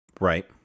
Right